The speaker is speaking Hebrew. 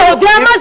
אתה יודע מה?